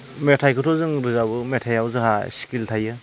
मेथाइखौथ' जों रोजाबो मेथाइआव जोंहा स्केल थायो